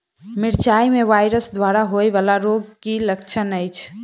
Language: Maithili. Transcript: मिरचाई मे वायरस द्वारा होइ वला रोगक की लक्षण अछि?